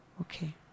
Okay